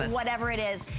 whatever it is.